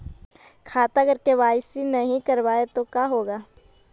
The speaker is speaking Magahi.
खाता अगर के.वाई.सी नही करबाए तो का होगा?